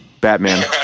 Batman